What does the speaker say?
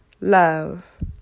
love